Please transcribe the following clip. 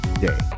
day